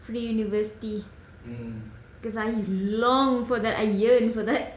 pre-university cause I long for that I yearn for that